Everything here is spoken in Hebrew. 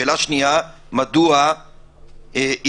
שאלה שנייה: מדוע עירבו